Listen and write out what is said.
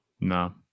No